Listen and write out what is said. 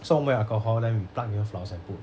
so 我们有 alcohol then we pluck in the flowers and put